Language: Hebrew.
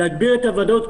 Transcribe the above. להגביר את הוודאות.